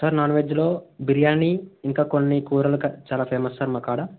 sir నాన్వెజ్లో బిర్యానీ ఇంకా కొన్ని కూరలు క చాలా ఫేమస్ సార్ మాకాడ